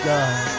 God